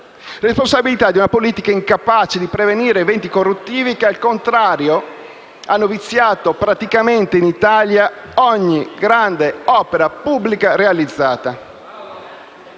responsabilità di una politica incapace di prevenire eventi corruttivi che, al contrario, hanno praticamente viziato ogni grande opera pubblica realizzata